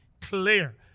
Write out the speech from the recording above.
clear